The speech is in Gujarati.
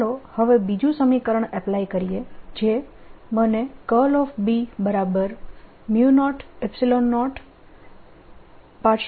ચાલો હવે બીજું સમીકરણ એપ્લાય કરીએ જે મને B00E∂t આપે છે